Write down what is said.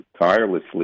tirelessly